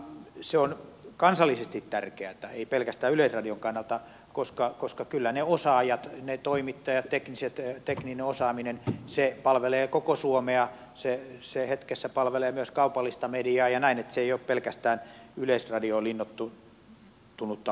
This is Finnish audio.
se on kansallisesti tärkeätä ei pelkästään yleisradion kannalta koska kyllä ne osaajat toimittajat ja tekninen osaaminen palvelevat koko suomea ne hetkessä palvelevat myös kaupallista mediaa niin että se ei ole pelkästään yleisradioon linnoittautunutta osaamista